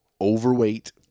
Overweight